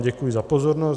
Děkuji vám za pozornost.